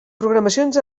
programacions